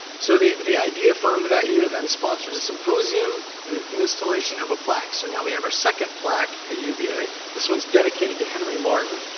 so the the idea fund that year then sponsored a symposium and an installation of a plaque. so now we have our second plaque at uva. this one's dedicated to henry martin.